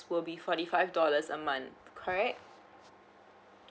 will be forty five dollars a month correct